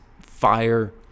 fire